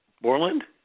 Borland